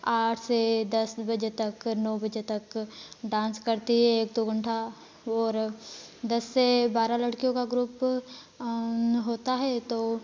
आठ से दस बजे तक नौ बजे तक डांस करती हैं एक दो घंटा और दस से बारह लडकियों का ग्रुप होता है तो